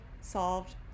solved